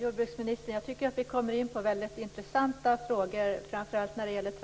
Fru talman!